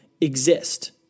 exist